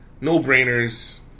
no-brainers